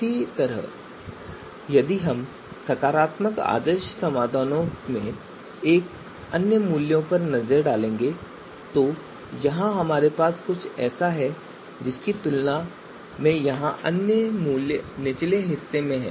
इसी तरह यदि हम सकारात्मक आदर्श समाधानों में अन्य मूल्यों पर एक नज़र डालते हैं तो यहां हमारे पास जो कुछ है उसकी तुलना में यहां अन्य मूल्य निचले हिस्से में हैं